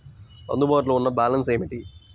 అందుబాటులో ఉన్న బ్యాలన్స్ ఏమిటీ?